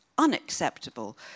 unacceptable